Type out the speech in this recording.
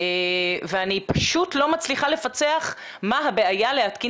אני פשוט לא מצליחה לפצח מה הבעיה להתקין